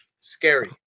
Scary